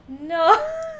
No